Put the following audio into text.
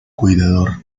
cuidador